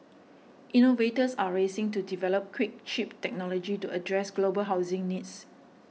innovators are racing to develop quick cheap technology to address global housing needs